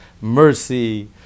mercy